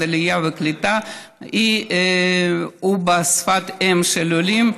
העלייה והקליטה הוא בשפת האם של העולים,